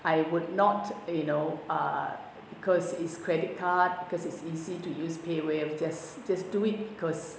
I would not you know uh because it's credit card because it's easy to use paywave of just just do it because